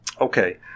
okay